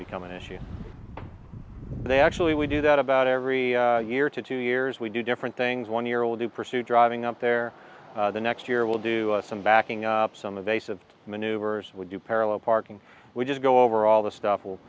become an issue they actually we do that about every year to two years we do different things one year old to pursue driving up there the next year we'll do some backing up some a base of maneuvers we do parallel parking we just go over all the stuff